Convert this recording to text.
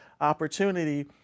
opportunity